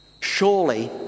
Surely